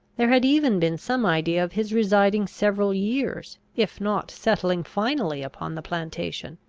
there had even been some idea of his residing several years, if not settling finally, upon the plantation.